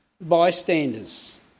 bystanders